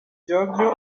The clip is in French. giorgio